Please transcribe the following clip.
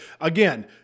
again